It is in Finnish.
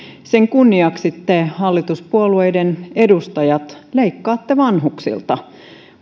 sen kunniaksi te hallituspuolueiden edustajat leikkaatte vanhuksilta